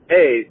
Hey